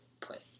put